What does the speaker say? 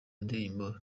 ndirimbo